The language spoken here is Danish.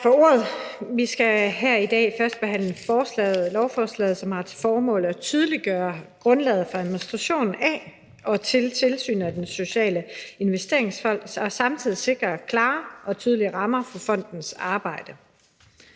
Vi skal her i dag førstebehandle et lovforslag, som har til formål at tydeliggøre grundlaget for administrationen af og tilsynet med Den Sociale Investeringsfond og samtidig sikre klare og tydelige rammer for fondens arbejde.